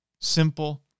Simple